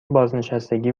بازنشستگی